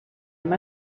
amb